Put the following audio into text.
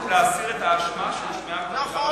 להסיר את האשמה שהושמעה כלפיך בכנסת,